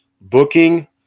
Booking